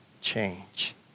change